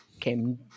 came